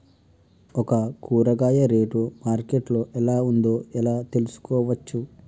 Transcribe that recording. ఒక కూరగాయ rate market లో ఎలా ఉందో ఎలా తెలుసుకోవచ్చు?